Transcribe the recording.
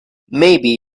maybe